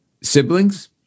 siblings